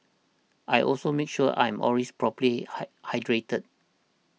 I also make sure I'm always properly high hydrated